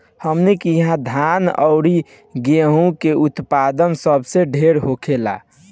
हमनी किहा धान अउरी गेंहू के उत्पदान सबसे ढेर होखेला